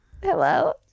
Hello